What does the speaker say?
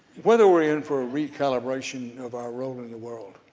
whether we're in for a re-calibration of our role in the world